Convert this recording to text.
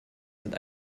sind